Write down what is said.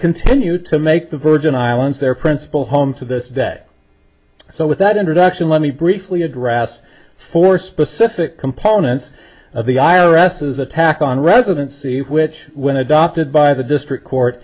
continue to make the virgin islands their principal home to this day so with that introduction let me briefly address for specific components of the i r s is attack on residency which when adopted by the district court